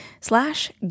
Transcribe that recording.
slash